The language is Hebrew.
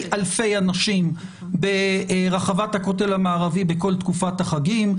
אלפי אנשים ברחבת הכותל המערבי בכל תקופת החגים,